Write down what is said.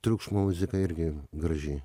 triukšmo muzika irgi graži